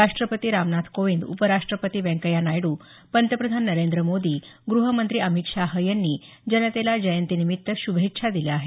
राष्ट्रपती रामनाथ कोविंद उपराष्ट्रपती व्यंकय्या नायडू पंतप्रधान नरेंद्र मोदी गृहमंत्री अमित शाह यांनी जनतेला जयंतीनिमित्त शुभेच्छा दिल्या आहेत